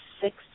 six